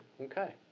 Okay